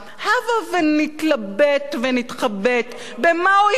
הבה ונתלבט ונתחבט במה הוא יבחר.